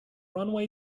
runway